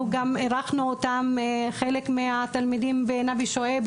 אירחנו חלק מהתלמידים בנבי שועייב,